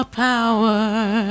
power